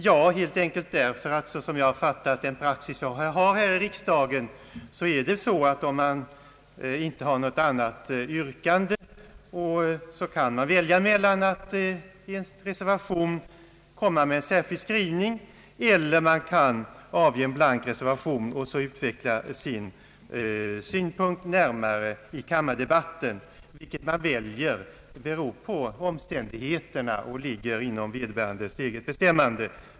Jo, helt enkelt därför att så som jag fattat praxis i riksdagen kan man, om man inte har något annat yrkande, än utskottets majoritet, välja mellan att i en reservation göra en särskild skrivning och att avge en blank reservation och därefter utveckla sin synpunkt närmare i kammardebatten. Vilket man väljer beror på omständigheterna och ligger i allmänhet inom vederbörandes eget bestämmande.